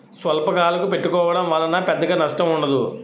స్వల్పకాలకు పెట్టుకోవడం వలన పెద్దగా నష్టం ఉండదు